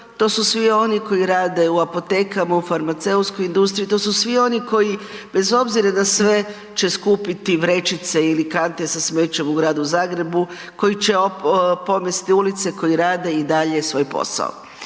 To su svi oni koji rade u apotekama, u farmaceutskoj industriji. To su svi oni koji bez obzira na sve će skupiti vrećice ili kante sa smećem u Gradu Zagrebu, koji će pomesti ulice koji rade i dalje svoj posao.